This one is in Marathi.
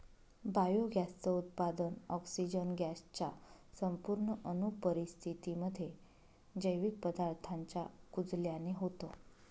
बायोगॅस च उत्पादन, ऑक्सिजन गॅस च्या संपूर्ण अनुपस्थितीमध्ये, जैविक पदार्थांच्या कुजल्याने होतं